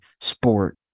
sport